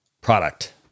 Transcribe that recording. product